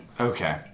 Okay